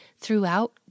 throughout